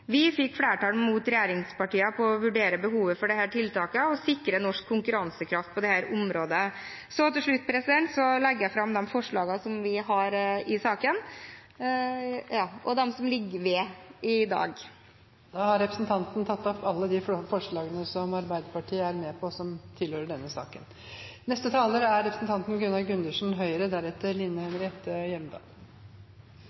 Vi fikk flertall, mot regjeringspartiene, for å vurdere behovet for disse tiltakene og sikre norsk konkurransekraft på dette området. Jeg legger til slutt fram de forslagene vi har i saken. Representanten Else-May Botten har tatt opp de forslagene som Arbeiderpartiet er med på og som tilhører denne saken. Takk til saksordføreren for en svært ryddig jobb med meldingen. Flagget bør i grunnen heises i dag. Det er,